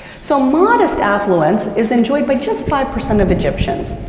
so, modest affluence is enjoyed by just five percent of egyptians.